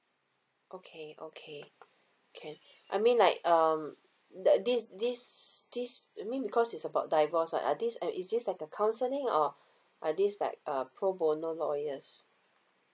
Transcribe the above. okay okay can I mean like um the this this this I mean because it's about divorce right are these uh is this like a counselling or are these like a pro bono lawyers